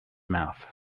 mouth